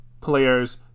players